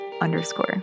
underscore